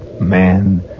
man